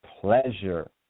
pleasure